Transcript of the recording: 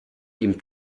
ihm